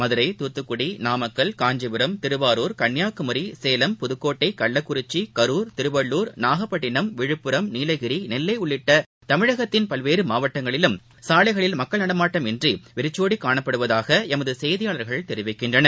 மதுரை துத்துக்குடி நாமக்கல் காஞ்சிபுரம் திருவாரூர் கன்னியாகுமரி சேலம் புதுக்கோட்டை கள்ளக்குறிச்சி கரூர் திருவள்ளூர் நாகப்பட்டினம் விழுப்புரம் நீலகிரி நெல்லைஉள்ளிட்டதமிழகத்தின் பல்வேறுமாவட்டங்களிலும் சாலைகளில் மக்கள் நடமாட்டம் இன்றிவெறிச்சோடிகாணப்படுவதாகஎமதுசெய்தியாளர்கள் தெரிவிக்கின்றனர்